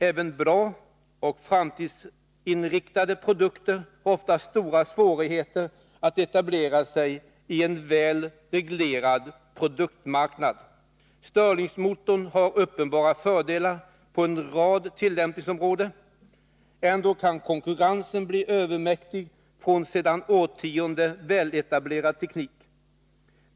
Även bra och framtidsinriktade produkter har ofta stora svårigheter att etablera sig i en väl reglerad produktmarknad. Stirlingmotorn har uppenbara fördelar på en rad tillämpningsområden. Ändå kan konkurrensen bli övermäktig från sedan årtionden väletablerad teknik.